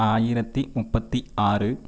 ஆயிரத்து முப்பத்து ஆறு